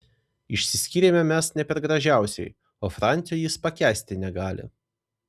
išsiskyrėme mes ne per gražiausiai o francio jis pakęsti negali